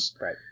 Right